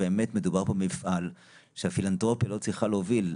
באמת מדובר פה במפעל שהפילנתרופיה לא צריכה להוביל.